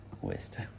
west